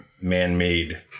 man-made